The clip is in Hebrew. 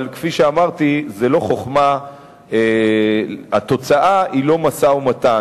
אבל כפי שאמרתי, התוצאה אינה משא-ומתן.